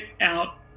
out